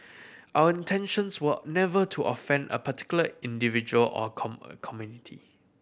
our intentions were never to offend a particular individual or a come community